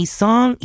song